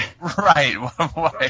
right